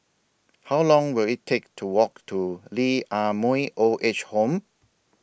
How Long Will IT Take to Walk to Lee Ah Mooi Old Age Home